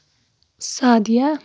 سادیا